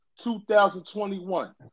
2021